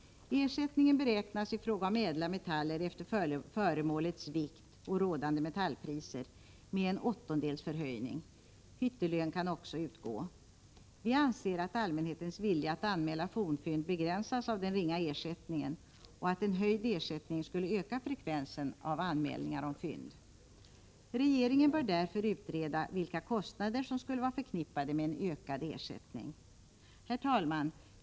Ersättningen beräknas i fråga om ädla metaller efter föremålets vikt och rådande metallpriser med en åttondels förhöjning. Hittelön kan också utgå. Vi anser att allmänhetens vilja att anmäla fornfynd begränsas av den ringa ersättningen och att en höjd ersättning skulle öka frekvensen av anmälningar om fynd. Regeringen bör därför utreda vilka kostnader som skulle vara förknippade med en ökad ersättning. Herr talman!